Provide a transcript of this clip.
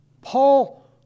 Paul